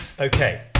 Okay